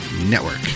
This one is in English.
Network